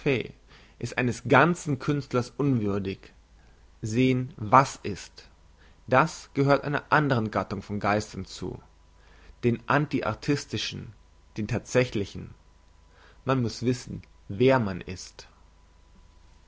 ist eines ganzen künstlers unwürdig sehen was ist das gehört einer andern gattung von geistern zu den antiartistischen den thatsächlichen man muss wissen wer man ist